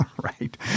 Right